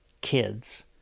kids